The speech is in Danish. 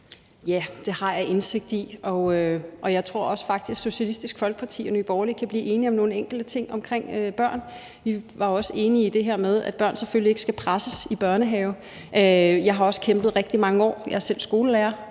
Ja, det har jeg indsigt i. Jeg tror faktisk også, Socialistisk Folkeparti og Nye Borgerlige kan blive enige om nogle enkelte ting omkring børn. Vi var også enige i det her med, at børn selvfølgelig ikke skal presses i børnehave. Jeg har også kæmpet i rigtig mange år, da jeg selv er skolelærer,